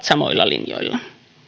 samoilla linjoilla